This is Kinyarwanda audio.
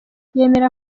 yemera